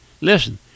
listen